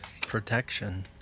protection